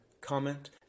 comment